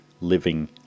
Living